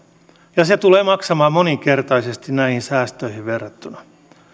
ja se tulee maksamaan monikertaisesti näihin säästöihin verrattuna